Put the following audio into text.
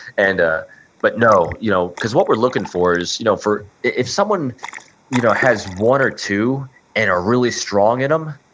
and ah but no you know because what we're looking for is you know if someone you know has one or two and are really strong in um